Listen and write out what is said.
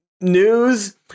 News